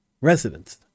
Residents